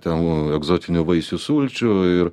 ten egzotinių vaisių sulčių ir